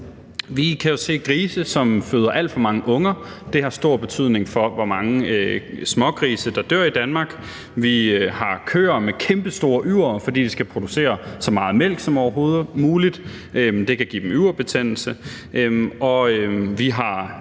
Vi kan jo se grise, som føder alt for mange unger. Det har stor betydning for, hvor mange smågrise der dør i Danmark. Vi har køer med kæmpestore yvere, fordi de skal producere så meget mælk som overhovedet muligt. Det kan give dem yverbetændelse.